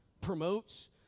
promotes